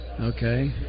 Okay